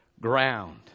ground